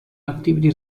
activity